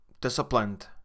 disciplined